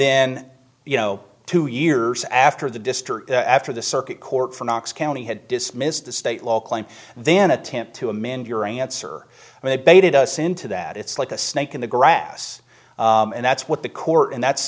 then you know two years after the district after the circuit court for knox county had dismissed the state local and then attempt to amend your answer and they baited us into that it's like a snake in the grass and that's what the court and that's